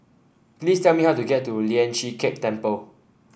please tell me how to get to Lian Chee Kek Temple